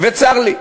וצר לי.